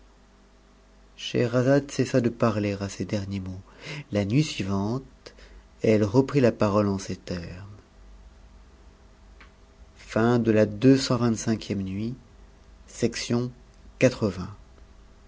scheherazade cessa de parler à ces derniers mots la nuit suivante c fe reprit la parole en ces termes